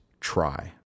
try